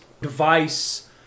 device